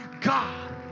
God